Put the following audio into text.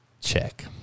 check